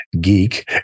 geek